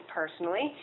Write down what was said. personally